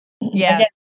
yes